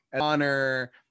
honor